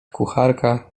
kucharka